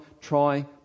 try